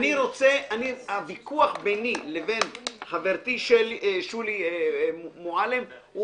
הוויכוח ביני לבין חברתי שולי מועלם הוא